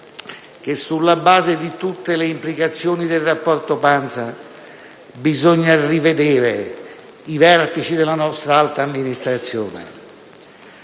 che sulla base di tutte le implicazioni del rapporto Pansa bisogna rivedere il modo di operare dei vertici della nostra alta amministrazione.